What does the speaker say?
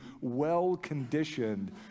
well-conditioned